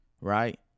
right